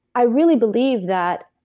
i really believe that